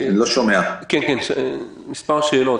יש לי מספר שאלות.